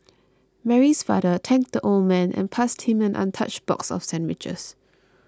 Mary's father thanked the old man and passed him an untouched box of sandwiches